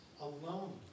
alone